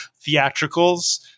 theatricals